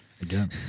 Again